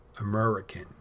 American